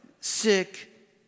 sick